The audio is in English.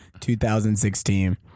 2016